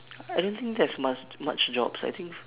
I don't think there's must much jobs I think